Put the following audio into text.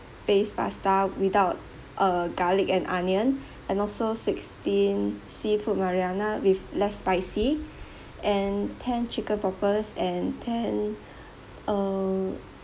based pasta without uh garlic and onion and also sixteen seafood marinara with less spicy and ten chicken poppers and ten err